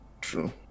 True